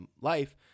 life